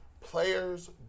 players